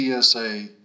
TSA